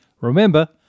remember